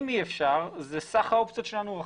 אם אי אפשר, סך האופציות שלנו הוא אחר.